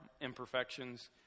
imperfections